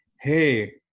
hey